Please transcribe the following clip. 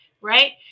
right